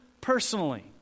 personally